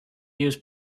use